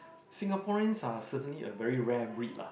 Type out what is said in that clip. Singaporeans are certainly a very rare breed lah